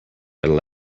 better